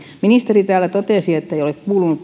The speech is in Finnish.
ministeri täällä totesi että ei ole kuulunut